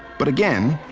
but again,